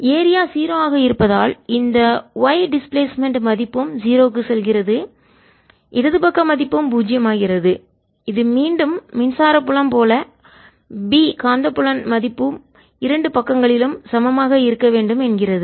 area 0 ஆக இருப்பதால் இந்த y டிஸ்பிளேஸ்மென்ட் மதிப்பும் 0 க்கு செல்கிறது இடது பக்க மதிப்பும் பூஜ்ஜியமாகிறது இது மீண்டும் மின்சார புலத்தை போல B காந்தப்புலன் மதிப்பும் இரண்டு பக்கங்களிலும் சமமாக இருக்க வேண்டும் என்கிறது